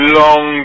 long